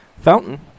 fountain